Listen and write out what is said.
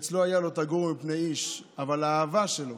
שאצלו היה "לא תגורו מפני איש", אבל האהבה שלו